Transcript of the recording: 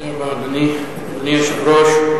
אדוני היושב-ראש,